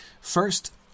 First